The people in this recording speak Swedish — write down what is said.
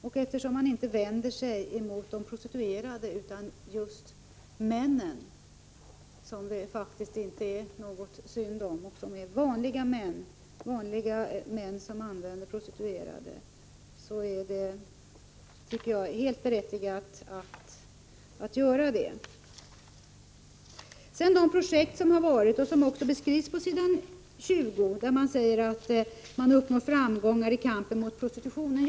Man vänder sig ju inte mot de prostituerade utan mot männen, som det faktiskt inte är synd om — det är vanliga män som använder prostituerade — och det tycker jag är helt berättigat att göra. Beträffande de projekt som varit skrivs på s. 20 att man har uppnått framgångar i kampen mot prostitutionen.